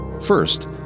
First